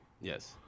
Yes